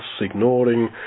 ignoring